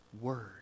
Word